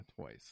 twice